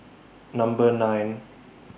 Number nine